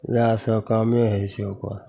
इएहसब कामे होइ छै ओकर